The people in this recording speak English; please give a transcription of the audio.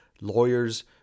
lawyers –